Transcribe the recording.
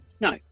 No